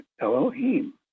Elohim